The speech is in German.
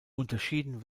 unterschieden